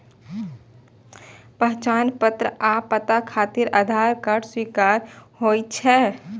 पहचान पत्र आ पता खातिर आधार कार्ड स्वीकार्य होइ छै